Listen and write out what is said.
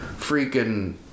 freaking